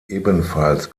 ebenfalls